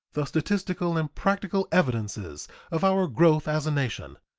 the statistical and practical evidences of our growth as a nation,